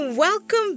Welcome